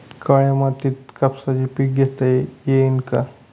काळ्या मातीत कापसाचे पीक घेता येईल का?